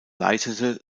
leitete